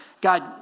God